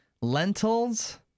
Lentils